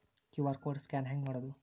QR code scan ಹೆಂಗ್ ಮಾಡೋದು?